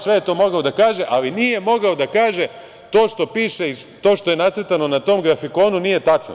Sve je to mogao da kaže, ali nije mogao da kaže da to što je nacrtano na tom grafikonu nije tačno.